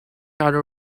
other